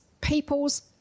people's